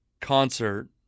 concert